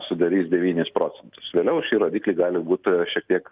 sudarys devynis procentus vėliau šie rodikliai gali būt šiek tiek